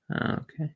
okay